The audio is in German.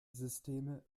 systeme